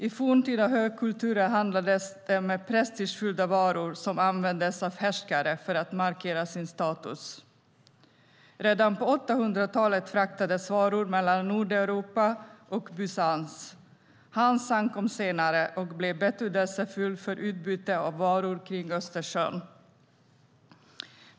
I forntida högkulturer handlades det med prestigefyllda varor som användes av härskare för att markera sin status. Redan på 800-talet fraktades varor mellan Nordeuropa och Bysans. Hansan kom senare och blev betydelsefull för utbyte av varor kring Östersjön.